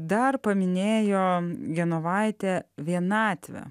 dar paminėjo genovaitė vienatvę